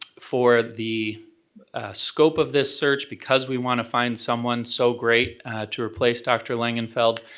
for the scope of this search, because we want to find someone so great to replace dr. langenfeld,